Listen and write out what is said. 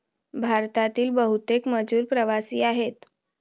भारतातील बहुतेक मजूर प्रवासी आहेत